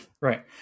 Right